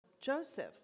Joseph